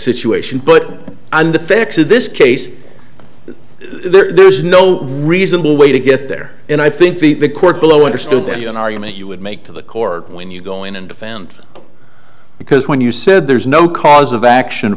situation but on the facts of this case there's no reasonable way to get there and i think the court below understood an argument you would make to the court when you go in and defend because when you said there's no cause of action